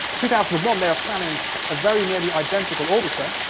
two thousand and one, they were planning a very nearly identical orbiter,